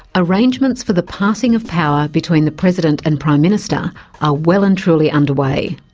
arrangements for the passing of power between the president and prime minister are well and truly underway.